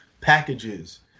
Packages